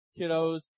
kiddos